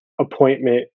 appointment